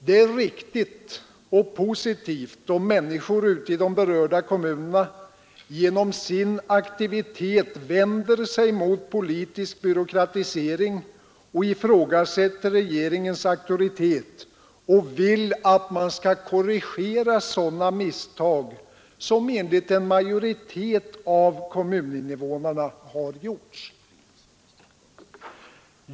Det är riktigt och positivt då människor ute i de berörda kommunerna genom sin aktivitet vänder sig mot politisk byråkratisering, ifrågasätter regeringens auktoritet och vill att man skall korrigera sådana misstag som enligt en majoritet av kommuninvånarna har gjorts.